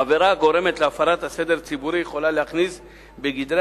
עבירה הגורמת להפרת הסדר הציבורי יכולה להכניס בגדרי